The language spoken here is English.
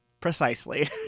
precisely